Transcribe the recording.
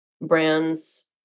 brands